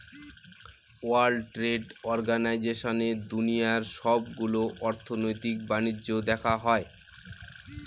world trade অর্গানাইজেশনে দুনিয়ার সবগুলো অর্থনৈতিক বাণিজ্য দেখা হয়